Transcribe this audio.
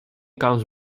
comes